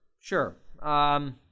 Sure